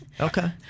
okay